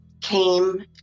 came